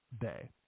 Day